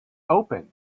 opened